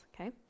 okay